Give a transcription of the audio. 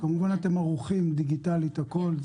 כמובן אתם ערוכים דיגיטלית והכול?